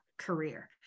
career